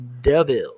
Devil